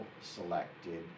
selected